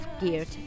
guilt